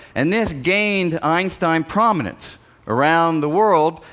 and this gained einstein prominence around the world.